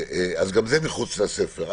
אז גם זה מחוץ לספר.